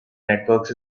networks